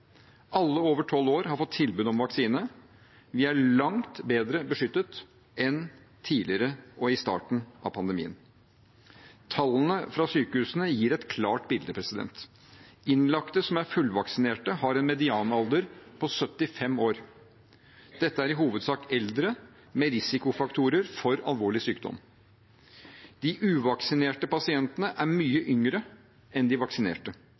Alle over tolv år har fått tilbud om vaksine. Vi er langt bedre beskyttet enn tidligere og i starten av pandemien. Tallene fra sykehusene gir et klart bilde: Innlagte som er fullvaksinert, har en medianalder på ca. 75 år. Dette er i hovedsak eldre med risikofaktorer for alvorlig sykdom. De uvaksinerte pasientene er mye yngre enn de vaksinerte,